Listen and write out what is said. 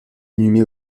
inhumé